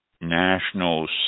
National